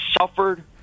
suffered